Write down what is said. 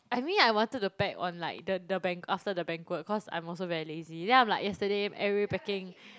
I mean I wanted to pack on like the the bank after the banquet cause I'm also very lazy then I'm like yesterday everyone packing